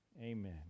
Amen